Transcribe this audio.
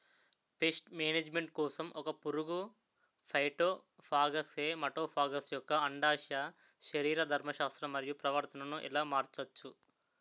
Paste management కోసం ఒక పురుగు ఫైటోఫాగస్హె మటోఫాగస్ యెక్క అండాశయ శరీరధర్మ శాస్త్రం మరియు ప్రవర్తనను ఎలా మార్చచ్చు?